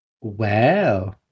Wow